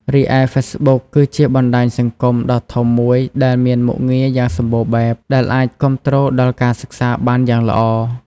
រីឯហ្វេសបុក គឺជាបណ្ដាញសង្គមដ៏ធំមួយដែលមានមុខងារយ៉ាងសម្បូរបែប ដែលអាចគាំទ្រដល់ការសិក្សាបានយ៉ាងល្អ។